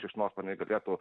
šikšnosparniai galėtų